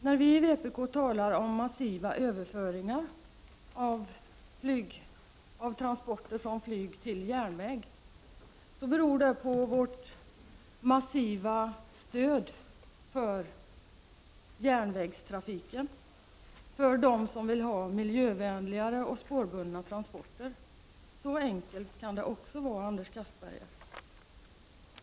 När vi i vpk talar om massiva överföringar av transporter från flyg till järnväg beror det på vårt massiva stöd för järnvägstrafiken och för dem som vill ha miljövänligare och spårbundna transporter. Så enkelt kan det också vara, Anders Castberger!